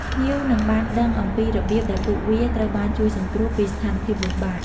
ភ្ញៀវនឹងបានដឹងអំពី របៀបដែលពួកវាត្រូវបានជួយសង្គ្រោះ ពីស្ថានភាពលំបាក។